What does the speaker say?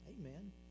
Amen